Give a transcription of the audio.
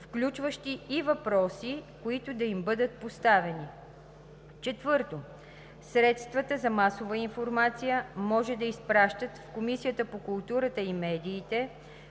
включващи и въпроси, които да им бъдат поставени. 4. Средствата за масова информация може да изпращат в Комисията по културата и медиите